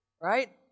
right